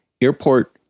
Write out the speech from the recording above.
Airport